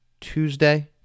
Tuesday